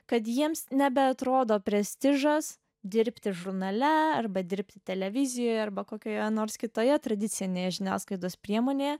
kad jiems nebeatrodo prestižas dirbti žurnale arba dirbti televizijoje arba kokioje nors kitoje tradicinėje žiniasklaidos priemonėje